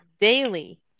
daily